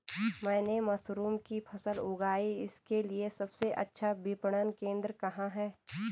मैंने मशरूम की फसल उगाई इसके लिये सबसे अच्छा विपणन केंद्र कहाँ है?